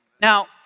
Now